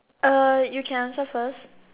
uh you can answer first